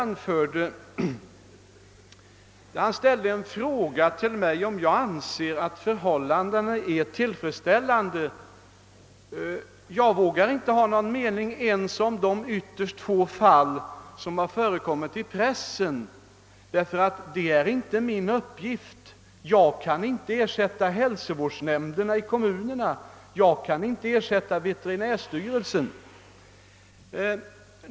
Herr Westberg frågade om jag anser att förhållandena är tillfredsställande. Ja, jag vågar inte ha någon mening ens om de ytterst få fall som relaterats i pressen, ty det är inte min uppgift. Jag kan inte ersätta hälsovårdsnämnderna i kommunerna, jag kan inte ersätta veterinärstyrelsen.